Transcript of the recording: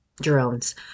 drones